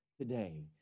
today